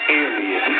alien